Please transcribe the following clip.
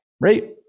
right